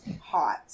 hot